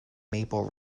maple